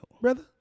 brother